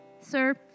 sir